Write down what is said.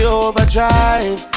overdrive